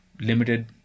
limited